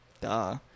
Duh